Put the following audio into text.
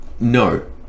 No